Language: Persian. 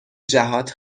جهات